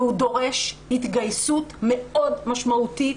והוא דורש התגייסות מאוד משמעותית,